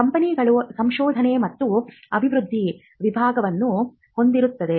ಕಂಪನಿಗಳು ಸಂಶೋಧನೆ ಮತ್ತು ಅಭಿವೃದ್ಧಿ ವಿಭಾಗವನ್ನು ಹೊಂದಿರುತ್ತವೆ